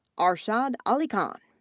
arshad alikhan,